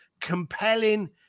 compelling